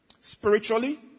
spiritually